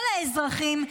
כל האזרחים,